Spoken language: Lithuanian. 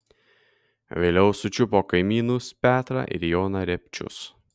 vėliau sučiupo kaimynus petrą ir joną repčius